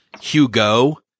Hugo